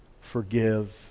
forgive